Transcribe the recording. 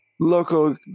Local